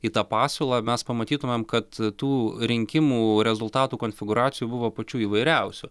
į tą pasiūlą mes pamatytumėm kad tų rinkimų rezultatų konfigūracijų buvo pačių įvairiausių